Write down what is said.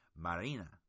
Marina